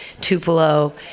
Tupelo